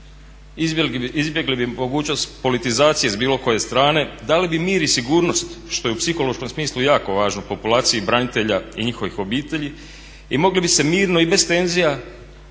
Izbjegli bi mogućnost politizacije s bilo koje strane, dali bi mir i sigurnost što je u psihološkom smislu jako važno populaciji branitelja i njihovih obitelji i mogli bi se mirno i bez tenzija